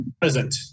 Present